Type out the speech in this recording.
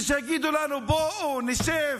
בשביל שיגידו לנו: בואו נשב,